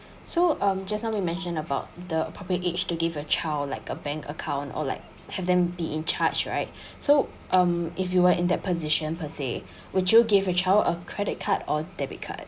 so um just now we mention about the public age to give a child like a bank account or like have them be in charge right so um if you were in that position per se would you give a child a credit card or debit card